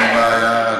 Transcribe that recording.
אין בעיה,